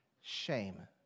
shame